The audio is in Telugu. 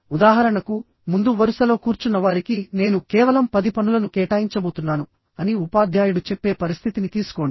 ఉదాహరణకు ముందు వరుసలో కూర్చున్న వారికి నేను కేవలం పది పనులను కేటాయించబోతున్నాను అని ఉపాధ్యాయుడు చెప్పే పరిస్థితిని తీసుకోండి